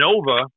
Nova